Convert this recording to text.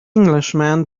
englishman